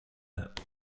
map